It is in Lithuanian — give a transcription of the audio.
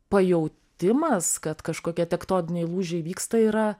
pajautimas kad kažkokie tektoniniai lūžiai vyksta yra